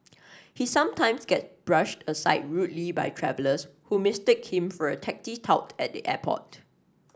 he sometimes get brushed aside rudely by travellers who mistake him for a taxi tout at the airport